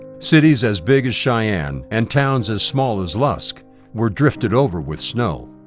cities as big as cheyenne and towns as small as lusk were drifted over with snow.